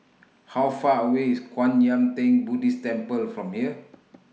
How Far away IS Kwan Yam Theng Buddhist Temple from here